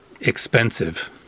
expensive